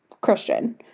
Christian